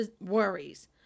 worries